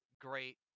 great